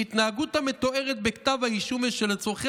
"התנהגות המתוארת בכתב האישום ושלצורכי